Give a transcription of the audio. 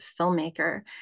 filmmaker